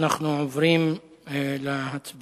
אנחנו עוברים להצבעה.